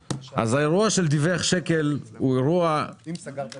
האירוע של מי שדיווח על שקל הוא אירוע קטן,